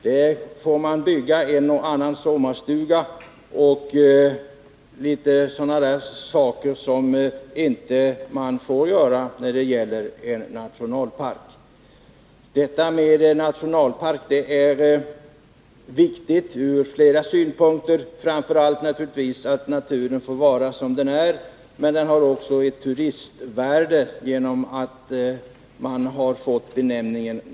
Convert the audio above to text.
Där får man bygga en och annan sommarstuga och annat som man inte får göra i nationalpark. Detta med nationalpark är viktigt ur flera synpunkter. Framför allt är det naturligtvis angeläget att naturen får vara som den är, men just benämningen nationalpark ger också ett turistvärde.